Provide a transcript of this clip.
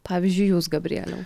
pavyzdžiui jūs gabrieliau